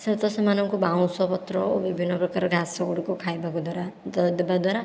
ସେ ତ ସେମାନଙ୍କୁ ବାଉଁଶ ପତ୍ର ଓ ବିଭନ୍ନ ପ୍ରକାର ଘାସ ଗୁଡ଼ିକ ଖାଇବାକୁ ଦ୍ଵାରା ଦେବା ଦ୍ଵାରା